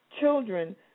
children